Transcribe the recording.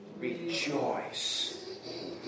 rejoice